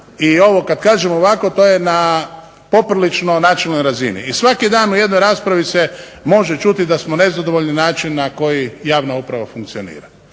i ovo kad kažemo ovako to je na poprilično načelnoj razini i svaki dan u jednoj raspravi se može čuti da smo nezadovoljni načinom na koji javna uprava funkcionira.